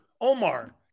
Omar